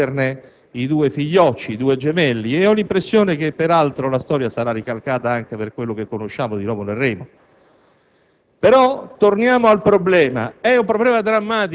Veltroni e Rutelli, cioè Romolo e Remo, esserne i due figliocci, i due gemelli. Ho l'impressione che la storia sarà ricalcata anche per quello che conosciamo di Romolo e Remo.